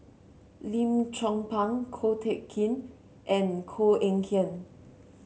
Lim Chong Pang Ko Teck Kin and Koh Eng Kian